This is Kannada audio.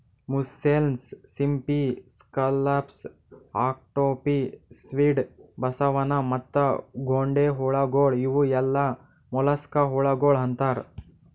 ಮುಸ್ಸೆಲ್ಸ್, ಸಿಂಪಿ, ಸ್ಕಲ್ಲಪ್ಸ್, ಆಕ್ಟೋಪಿ, ಸ್ಕ್ವಿಡ್, ಬಸವನ ಮತ್ತ ಗೊಂಡೆಹುಳಗೊಳ್ ಇವು ಎಲ್ಲಾ ಮೊಲಸ್ಕಾ ಹುಳಗೊಳ್ ಅಂತಾರ್